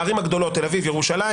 בערים הגדולות: תל אביב, ירושלים